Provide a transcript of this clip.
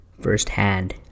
firsthand